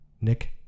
Nick